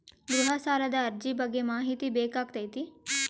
ಗೃಹ ಸಾಲದ ಅರ್ಜಿ ಬಗ್ಗೆ ಮಾಹಿತಿ ಬೇಕಾಗೈತಿ?